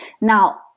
now